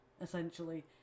essentially